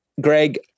greg